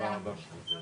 והדבר הכי גרוע הוא,